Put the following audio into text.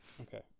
okay